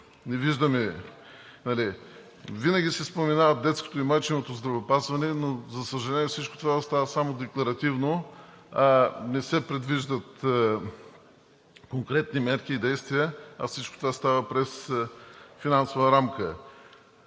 заложено. Винаги се споменават детското и майчиното здравеопазване, но, за съжаление, всичко това остава само декларативно, не се предвиждат конкретни мерки и действия, а всичко това става през финансова рамка,